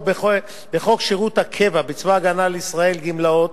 שבחוק שירות הקבע בצבא-הגנה לישראל (גמלאות),